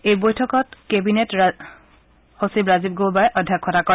এই বৈঠকত কেবিনেট ৰাজীৱ গৌবাই অধ্যক্ষতা কৰে